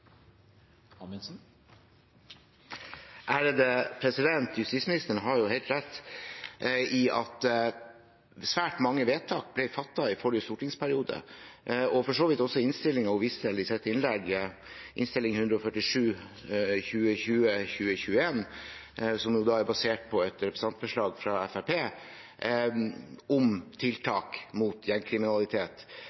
Justisministeren har helt rett i at svært mange vedtak ble fattet i forrige stortingsperiode. I innstillingen hun viser til i sitt innlegg – Innst. 147 S for 2020–2021, som er basert på et representantforslag fra Fremskrittspartiet om